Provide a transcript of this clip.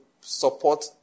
support